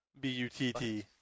B-U-T-T